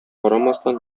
карамастан